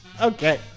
Okay